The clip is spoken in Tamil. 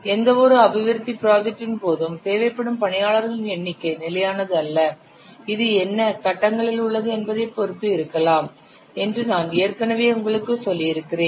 எந்தவொரு அபிவிருத்தி ப்ராஜெக்டின் போதும் தேவைப்படும் பணியாளர்களின் எண்ணிக்கை நிலையானது அல்ல இது என்ன கட்டங்களில் உள்ளது என்பதைப் பொறுத்து இருக்கலாம் என்று நான் ஏற்கனவே உங்களுக்குச் சொல்லியிருக்கிறேன்